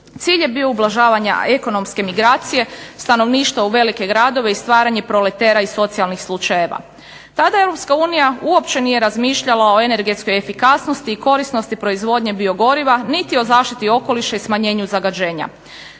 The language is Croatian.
Cilj je bio ublažavanje ekonomske migracije stanovništva u velike gradove i stvaranje proletera i socijalnih slučajeva. Tada Europska unija uopće nije razmišljala o energetskoj efikasnosti i korisnosti proizvodnje biogoriva niti o zaštiti okoliša i smanjenju zagađenja.